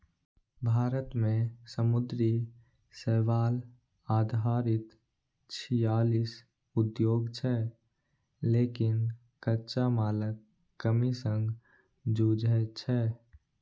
भारत मे समुद्री शैवाल आधारित छियालीस उद्योग छै, लेकिन कच्चा मालक कमी सं जूझै छै